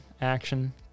action